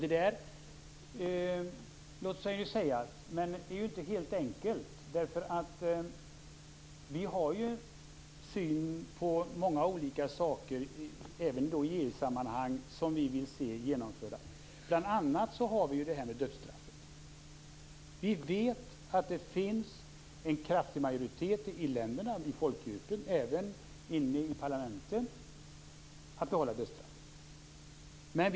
Detta låter sig ju sägas, men det är inte helt enkelt. Vi har ju i många olika sammanhang en syn som vi vill få genomförd, även i EU-sammanhang. Bl.a. vill jag peka på frågan om dödsstraffet. Vi vet att det finns en kraftig majoritet i folkdjupet i de här berörda länderna och även i parlamenten för att behålla dödsstraffet.